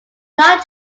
not